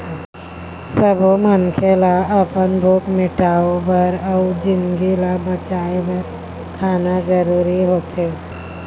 सब्बो मनखे ल अपन भूख मिटाउ बर अउ जिनगी ल बचाए बर खाना जरूरी होथे